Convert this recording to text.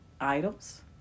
Idols